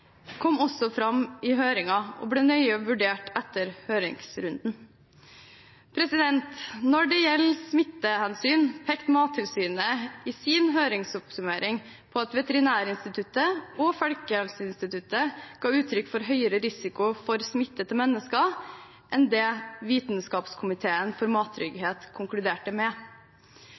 kom også fram i høringen og ble nøye vurdert etter høringsrunden. Når det gjelder smittehensyn, pekte Mattilsynet i sin høringsoppsummering på at Veterinærinstituttet og Folkehelseinstituttet ga uttrykk for høyere risiko for smitte til mennesker enn det Vitenskapskomiteen for mattrygghet konkluderte med.